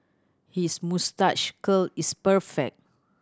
his moustache curl is perfect